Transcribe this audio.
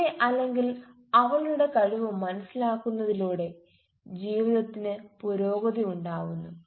അവന്റെ അല്ലെങ്കിൽ അവളുടെ കഴിവ് മനസ്സിലാക്കുന്നതിലൂടെ ജീവിതത്തിന് പുരോഗതി ഉണ്ടാവുന്നു